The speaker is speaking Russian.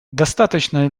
достаточно